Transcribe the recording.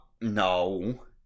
No